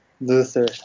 Luther